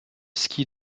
ski